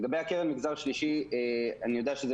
לגבי קרן מגזר שלישי - אני יודע שזה